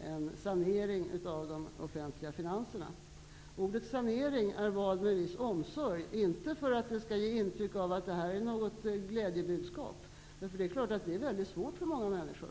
en sanering av de offentliga finanserna. Ordet sanering har valts med viss omsorg, inte för att det skall ge intryck av att det här är något glädjebudskap. Det är klart att detta är mycket svårt för många människor.